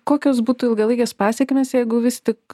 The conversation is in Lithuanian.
kokios būtų ilgalaikės pasekmės jeigu vis tik